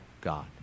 God